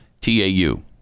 T-A-U